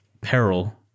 peril